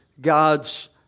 God's